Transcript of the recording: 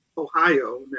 Ohio